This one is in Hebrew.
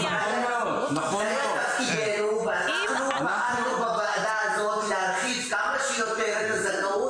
זה תפקידנו ואנחנו פעלנו בוועדה הזאת להרחיב כמה שיותר את הזכאות,